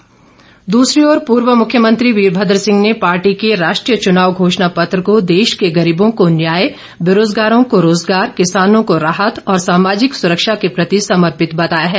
वीरभद्र पूर्व मुख्यमंत्री वीरभद्र सिंह ने पार्टी के राष्ट्रीय चुनाव घोषणापत्र को देश के गरीबों को न्याय बेरोजगारों को रोजगार किसानों को राहत और सामाजिक सुरक्षा के प्रति समर्पित बताया है